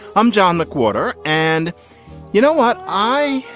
i'm john mcwhorter and you know what i.